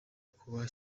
kuba